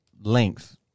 length